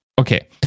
Okay